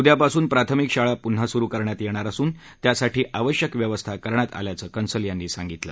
उद्यापासून प्राथमिक शाळा पुन्हा सुरु करण्यात येणार असून त्यासाठी आवश्यक व्यवस्था करण्यात आल्याचं कंसाल यांनी सांगितलं